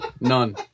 None